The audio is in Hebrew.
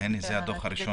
הנה מרב, זה הדוח הראשון.